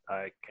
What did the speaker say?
Okay